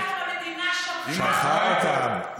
הם לא התיישבו, המדינה שלחה אותם.